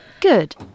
Good